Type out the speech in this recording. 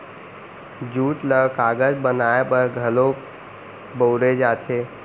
jute ल कागज बनाए बर घलौक बउरे जाथे